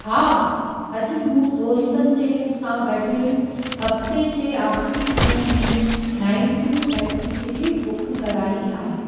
हा अॼु मूं दोस्तनि जंहिं सां गॾु हफ़्ते जे आख़िरी ॾींहं में नाइट लाइट जी टिकिट बुक कराई आहे